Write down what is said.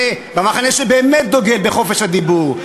במחנה שבאמת דוגל בחופש הדיבור,